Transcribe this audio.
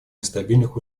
нестабильных